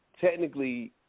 technically